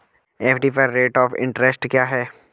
FD पर rate of interest क्या है?